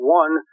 one